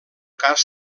cas